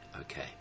okay